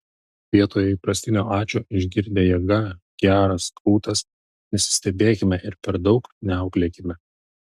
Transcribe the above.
vietoje įprastinio ačiū išgirdę jėga geras krūtas nesistebėkime ir per daug neauklėkime